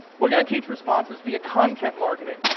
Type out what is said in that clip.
we're gonna teach responses via content marketing.